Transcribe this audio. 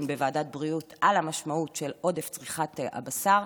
בוועדת הבריאות על המשמעות של עודף צריכת הבשר,